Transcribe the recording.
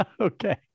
Okay